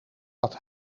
dat